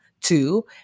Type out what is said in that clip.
Two